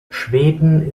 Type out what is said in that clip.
schweden